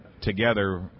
together